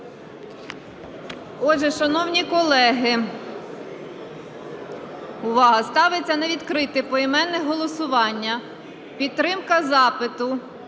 Отже, шановні колеги, увага, ставиться на відкрите поіменне голосування підтримка запиту